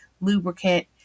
lubricant